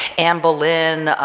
anne boleyn,